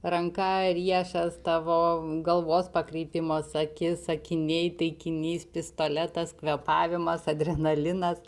ranka riešas tavo galvos pakreipimas akis akiniai taikinys pistoletas kvėpavimas adrenalinas